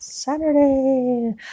Saturday